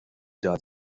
داد